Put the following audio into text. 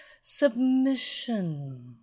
Submission